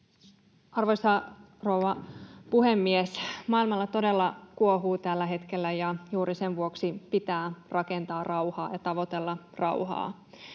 Arvoisa rouva puhemies! Maailmalla todella kuohuu tällä hetkellä, ja juuri sen vuoksi pitää rakentaa rauhaa ja tavoitella rauhaa.